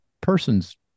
person's